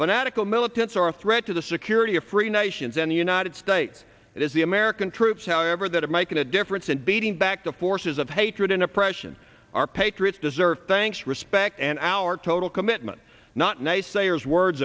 fanatical militants are a threat to the security of free nations and the united states it is the american troops however that have making a difference and beating back the forces of hatred and oppression our patriots deserve thanks respect and our total commitment not nice players words